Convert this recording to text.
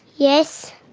yes.